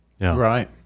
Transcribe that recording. right